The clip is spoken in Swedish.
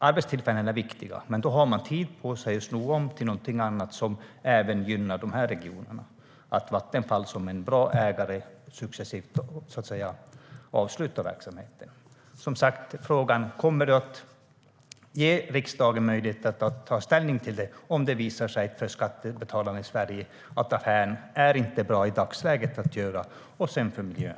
Arbetstillfällen är viktiga, men om Vattenfall som en bra ägare avslutar verksamheten successivt har regionerna tid på sig att sno om till något annat som även gynnar dem. Kommer du att ge riksdagen möjlighet att ta ställning till det, om det visar sig att affären inte är bra att göra i dagsläget för vare sig de svenska skattebetalarna eller miljön?